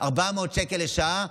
400 שקלים לשעה,